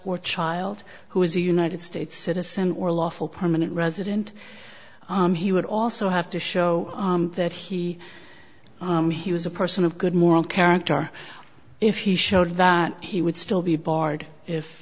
or child who is a united states citizen or lawful permanent resident he would also have to show that he was a person of good moral character if he showed that he would still be barred if